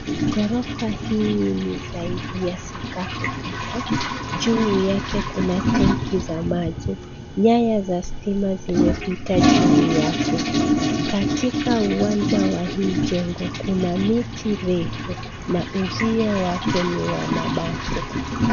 Ghorofa hii ni zaidi ya sakafu tatu. Juu yake kuna tenki za maji. Nyaya za stima zimepita juu yake. Katika uwanja wa hii jengo kuna miti refu na uzio wake ni wa mabati.